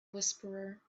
whisperer